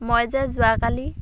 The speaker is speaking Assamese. মই যে যোৱাকালি